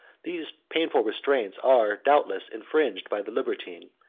these painful restraints are, doubtless, infringed by the libertine,